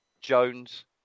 Jones